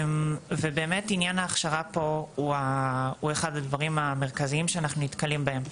ובאמת עניין ההכשרה פה הוא אחד הדברים המרכזיים שאנחנו נתקלים בהם.